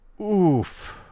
Oof